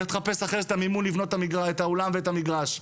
לך תחפש אחרי זה את המימון לבנות את האולם ואת המגרש.